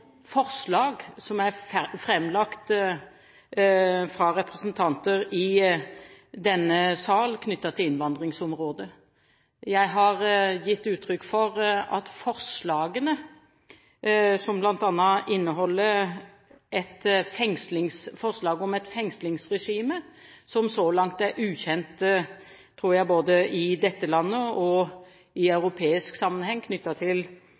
forslag knyttet til innvandringsområdet, som er framlagt av representanter i denne sal. Jeg har gitt uttrykk for at forslagene – bl.a. et forslag om fengslingsregime knyttet til asylinstituttet, som så langt er ukjent, tror jeg, både i dette landet og i europeisk sammenheng – for meg ser ut til